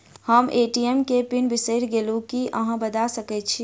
हम ए.टी.एम केँ पिन बिसईर गेलू की अहाँ बता सकैत छी?